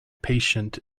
patient